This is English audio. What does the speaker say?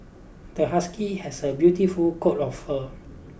the husky has a beautiful coat of fur